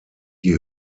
die